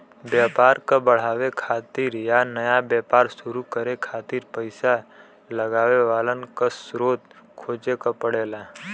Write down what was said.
व्यापार क बढ़ावे खातिर या नया व्यापार शुरू करे खातिर पइसा लगावे वालन क स्रोत खोजे क पड़ला